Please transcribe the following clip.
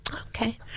Okay